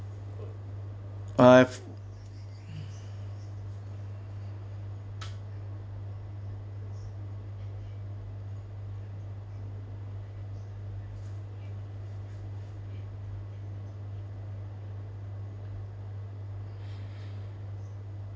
I've